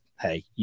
hey